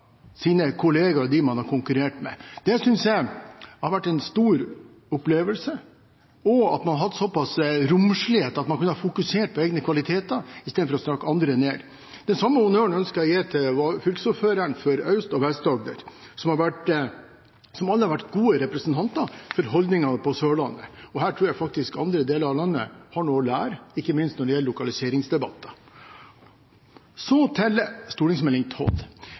sine kollegaer og dem de har konkurrert med. Det synes jeg har vært en stor opplevelse. Man har hatt så pass romslighet at man har kunnet fokusere på sine egne kvaliteter istedenfor å snakke andre ned. Den samme honnøren ønsker jeg å gi til fylkesordførerne for Aust- og Vest-Agder, som begge har vært gode representanter for holdningen på Sørlandet. Her tror jeg andre deler av landet har noe å lære, ikke minst når det gjelder lokaliseringsdebatter. Så til